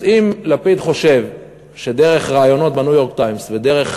אז אם לפיד חושב שדרך ראיונות ב"ניו-יורק טיימס" ודרך